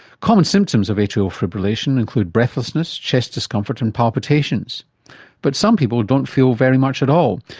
common symptoms of atrial fibrillation include breathlessness, chest discomfort and palpitations but some people don't feel very much at all.